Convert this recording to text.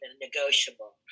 negotiable